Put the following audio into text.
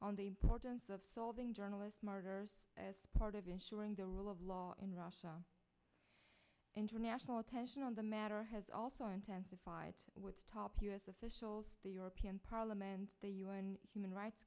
on the importance of solving journalists murder as part of ensuring the rule of law in russia international attention on the matter has also intensified with top u s officials the european parliament the un human rights